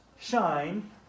shine